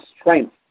strength